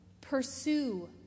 pursue